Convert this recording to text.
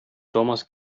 thomas